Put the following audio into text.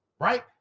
right